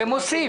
זה מוסיף,